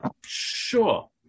sure